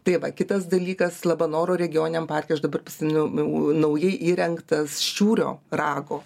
tai va kitas dalykas labanoro regioniniam parke aš dabar prisiminiau nu u naujai įrengtas ščiūrio rago